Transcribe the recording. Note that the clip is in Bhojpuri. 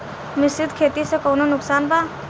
मिश्रित खेती से कौनो नुकसान बा?